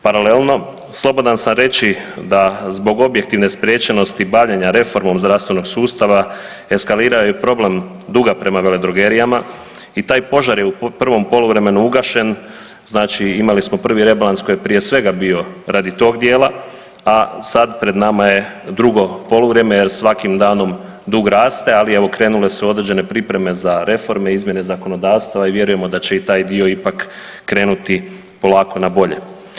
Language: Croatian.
Paralelno, slobodan sam reći da zbog objektivne spriječenosti bavljenja reformom zdravstvenog sustava eskalirao je i problem duga prema veledrogerijama i taj požar je u prvom poluvremenu ugašen, znači imali smo prvi rebalans koji je prije svega bio radi tog dijela, a sad pred nama je drugo poluvrijeme, jer svakim danom dug raste, ali evo krenule su određene pripreme za reforme, izmjene zakonodavstva i vjerujemo da će i taj dio ipak krenuti polako na bolje.